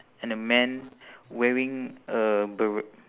and a man wearing a ber~